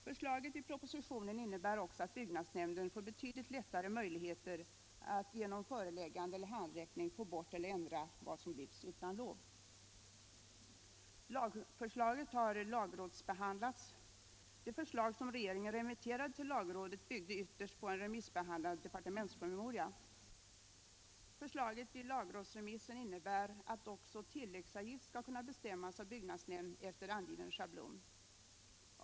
Förslaget i propositionen innebär också alt byggnadsnämnden får betydligt bättre möjligheter att genom föreläggande eller handräckning få bort eller ändra vad som byggts utan lov. Lagförslaget har lagrådsbehandlats. Det förslag som regeringen remiltterade till lagrådet byggde ytterst på en remissbehandlad departementspromemoria. Förslaget i lagrådsremissen innebär att också tilläggsavgilt skall kunna bestämmas av byggnadsnämnd efter angiven schablon.